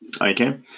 Okay